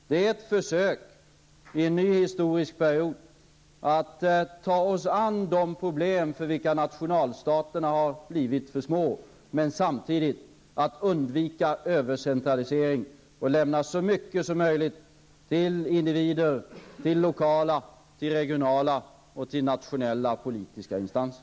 Det är ett försök att i en ny historisk period ta sig an de problem för vilka nationalstaterna har blivit för små, samtidigt som man skall undvika övercentralisering och i stället överlåta så mycket som möjligt till individer, till lokala, regionala och till nationella politiska instanser.